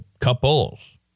couples